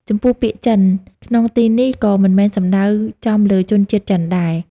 ចំពោះ ពាក្យ "ចិន" ក្នុងទីនេះក៏មិនមែនសំដៅចំលើជនជាតិចិនដែរ។